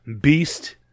Beast